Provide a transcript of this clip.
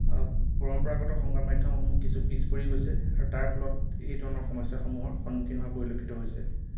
পৰম্পৰাগত সংবাদ মাধ্যমসমূহ কিছু পিছ পৰি গৈছে আৰু তাৰ ফলত এই ধৰণৰ সমস্যাসমূহৰ সন্মুখীন হোৱা পৰিলক্ষিত হৈছে